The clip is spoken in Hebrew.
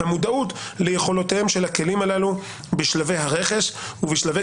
המודעות ליכולותיהם של הכלים הללו בשלבי הרכש ובשלבי